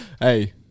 hey